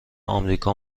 امریکا